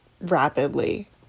rapidly